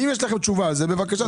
אם יש לכם תשובה על זה, בבקשה.